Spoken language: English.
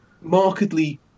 markedly